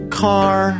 car